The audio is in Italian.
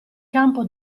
campo